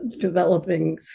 developing